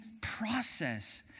process